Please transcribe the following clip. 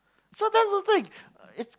so that's the thing it's